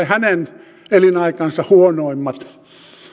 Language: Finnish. hänen elinaikansa huonoimmat